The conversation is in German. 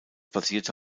basierte